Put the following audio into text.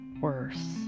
worse